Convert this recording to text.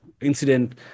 incident